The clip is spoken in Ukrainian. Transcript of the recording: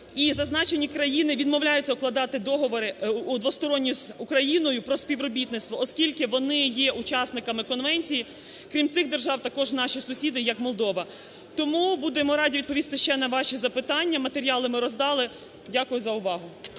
І зазначені країни відмовляються укладати договори двосторонні з Україною про співробітництво, оскільки вони є учасниками конвенції. Крім цих держав, також наші сусіди, як Молдова. Тому будемо раді відповісти ще на ваші запитання, матеріали ми роздали. Дякую за увагу.